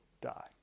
die